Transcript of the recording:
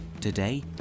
Today